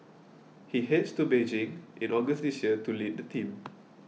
he heads to Beijing in August this year to lead the team